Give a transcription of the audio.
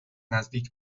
نزدیک